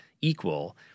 equal –